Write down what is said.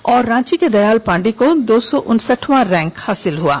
वहीं रांची के दयाल पांडेय को दो सौ उनसठवां रैंक मिला है